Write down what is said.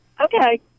Okay